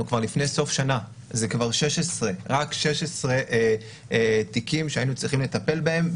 כבר בסוף שנה עם רק 16 תיקים שהיינו צריכים לטפל בהם,